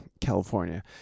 California